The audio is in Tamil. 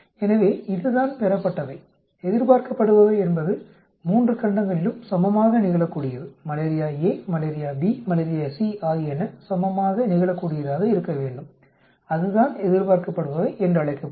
எனவே இதுதான் பெறப்பட்டவை எதிர்பார்க்கப்படுபவை என்பது 3 கண்டங்களிலும் சமமாக நிகழக்கூடியது malaria A malaria B malaria C ஆகியன சமமாக நிகழக்கூடியதாக இருக்க வேண்டும் அதுதான் எதிர்பார்க்கப்படுபவை என்றழைக்கப்படும்